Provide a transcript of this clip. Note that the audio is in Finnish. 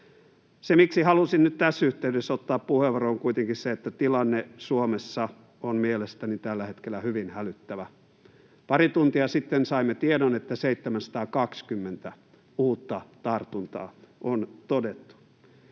miksi halusin nyt tässä yhteydessä ottaa puheenvuoron, on kuitenkin se, että tilanne Suomessa on mielestäni tällä hetkellä hyvin hälyttävä. Pari tuntia sitten saimme tiedon, että 720 uutta tartuntaa on todettu.